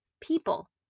people